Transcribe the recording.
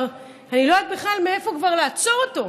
אני לא יודעת בכלל מאיפה לעצור אותו,